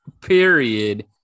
period